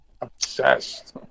obsessed